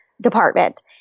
department